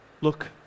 Look